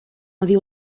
oddi